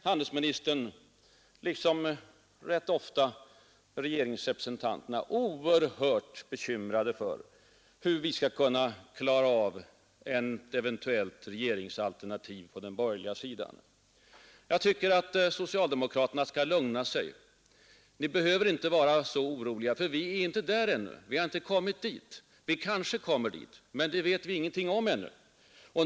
Handelsministern är — som ofta fallet är med regeringens representanter — oerhört bekymrad för hur vi skall kunna klara av ett eventuellt regeringsalternativ på den borgerliga sidan. Jag tycker att socialdemokraterna skall lugna sig. Ni behöver inte just nu vara så oroliga. Vi är inte där ännu. Vi kanske kommer dit. Men det vet vi ingenting om ännu.